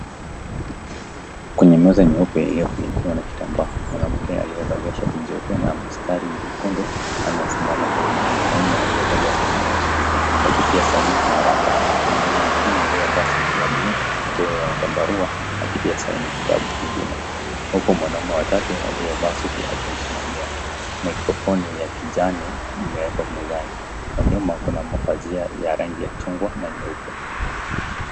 Kwenye meza nyeupe iliofunikiwa na kitambaa, mwanamke aliyevalia shati jeupe na mistari nyekundu amesimama karibu na mwanaume aliyevalia suti nyeusi wakitia saini nyaraka mwanaume mwingine aliyevaa suti ya bluu na tai yenye zambarua akitia saini kitabu kingine, huku mwanaume wa tatu aliyevaa suti akimsimamia, mikrofoni ya kijani imewekwa mezani, kwa nyuma kuna mapazia ya rangi ya chungwa na nyeupe.